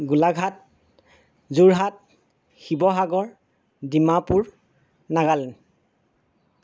Golaghat Jorhat Sivasagar Dimapur Nagaland